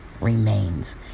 remains